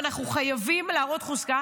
ואנחנו חייבים להראות חוזק.